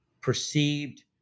perceived